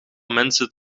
mensen